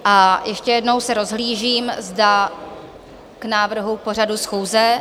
A ještě jednou se rozhlížím, zda k návrhu pořadu schůze...